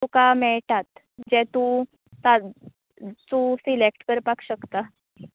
तुका मेळटात जें तूं ता तूं सिलेक्ट करपाक शकता